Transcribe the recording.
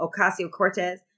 Ocasio-Cortez